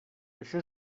això